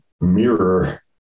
mirror